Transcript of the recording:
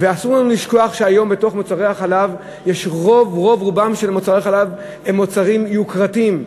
ואסור לנו לשכוח שהיום רוב רובם של מוצרי החלב הם מוצרים יוקרתיים,